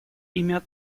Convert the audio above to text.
имя